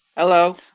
Hello